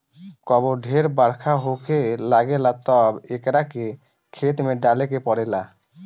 कबो ढेर बरखा होखे लागेला तब एकरा के खेत में डाले के पड़ेला